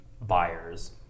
buyers